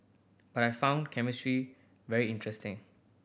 but I found chemistry very interesting